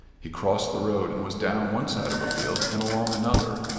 he crossed the road and was down one side of a field and along another,